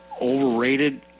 overrated